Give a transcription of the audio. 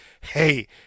hey